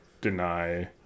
deny